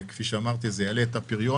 כפי שאמרתי, זה יעלה את הפריון.